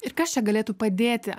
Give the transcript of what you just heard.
ir kas čia galėtų padėti